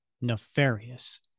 Nefarious